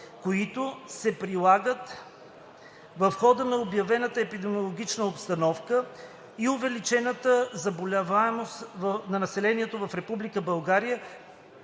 който се прилага в хода на обявена епидемиологична обстановка и увеличена заболеваемост на населението в